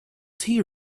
tea